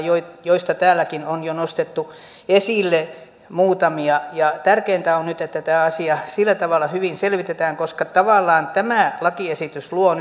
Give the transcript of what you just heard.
joista joista täälläkin on jo nostettu esille muutamia tärkeintä on nyt että tämä asia sillä tavalla hyvin selvitetään koska tavallaan tämä lakiesitys luo